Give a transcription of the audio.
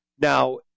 now